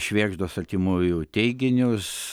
švėgždos artimųjų teiginius